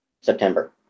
September